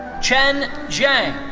chen zhang.